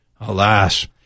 Alas